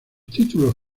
títulos